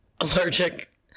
allergic